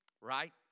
Right